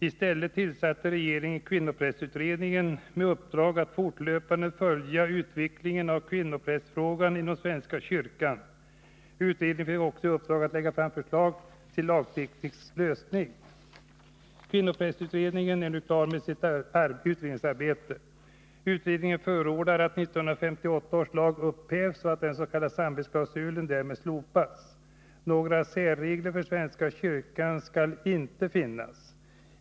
I stället tillsatte regeringen kvinnoprästutredningen med uppdrag att fortlöpande följa utvecklingen av kvinnoprästfrågan inom svenska kyrkan. Utredningen fick också i uppdrag att lägga fram förslag till en lagteknisk lösning. Kvinnoprästutredningen är nu klar med sitt utredningsarbete. Utredningen förordar att 1958 års lag upphävs och att den s.k. samvetsklausulen därmed slopas. Några särregler för svenska kyrkan skall inte finnas.